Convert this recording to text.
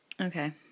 Okay